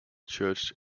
church